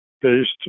based